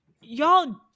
Y'all